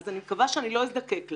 אז אני מקווה שאני לא אזדקק לה.